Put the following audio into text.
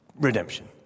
redemption